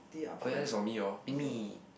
oh ya that's on me orh in me